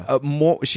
more